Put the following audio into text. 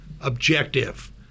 objective